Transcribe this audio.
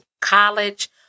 college